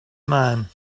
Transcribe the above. man